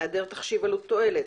היעדר תחשיב עלות/תועלת,